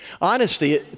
Honesty